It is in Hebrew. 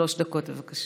שלוש דקות, בבקשה.